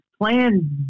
Plan